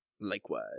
Likewise